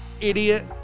idiot